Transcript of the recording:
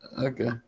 Okay